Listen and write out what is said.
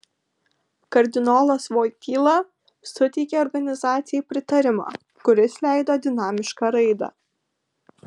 kardinolas voityla suteikė organizacijai pritarimą kuris leido dinamišką raidą